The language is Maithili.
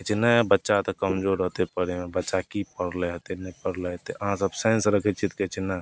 कहै छै नहि बच्चा तऽ कमजोर होतै पढ़ैमे बच्चा कि पढ़ले होतै नहि पढ़ले होतै अहाँसभ साइन्स रखै छिए तऽ कहै छै नहि